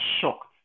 shocked